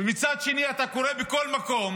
ומצד שני אתה קורא בכל מקום